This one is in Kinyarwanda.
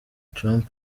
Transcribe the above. trump